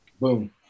Boom